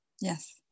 Yes